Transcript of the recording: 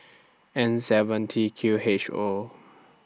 N seven T Q H O